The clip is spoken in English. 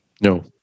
No